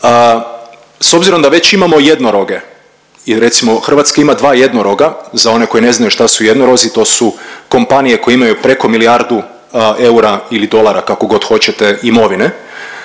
s obzirom da već imamo jednoroge recimo Hrvatska ima dva jednoroga, za one koji ne znaju što su jednorogi to su kompanije koje imaju preko milijardu eura ili dolara kako god hoćete imovine,